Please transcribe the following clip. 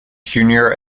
junior